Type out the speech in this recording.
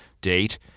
date